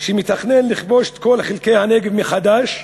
שמתכנן לכבוש את כל חלקי הנגב מחדש?